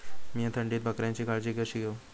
मीया थंडीत बकऱ्यांची काळजी कशी घेव?